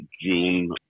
June